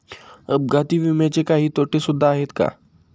अपघाती विम्याचे काही तोटे सुद्धा आहेत का?